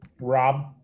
Rob